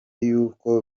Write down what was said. y’uko